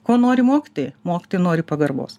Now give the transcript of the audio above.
ko nori mokytojai mokytojai nori pagarbos